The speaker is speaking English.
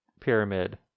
pyramid